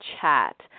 chat